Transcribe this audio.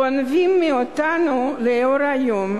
"גונבים מאתנו לאור היום",